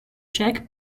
jack